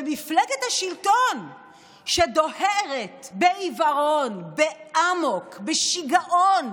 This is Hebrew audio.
במפלגת השלטון שדוהרת בעיוורון, באמוק, בשיגעון